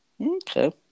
Okay